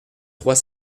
trois